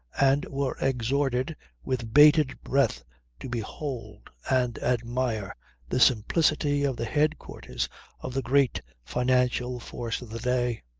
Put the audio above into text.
and were exhorted with bated breath to behold and admire the simplicity of the head-quarters of the great financial force of the day.